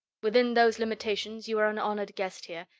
within those limitations, you are an honored guest here,